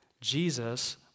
Jesus